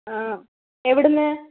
ആ എവിടുന്ന്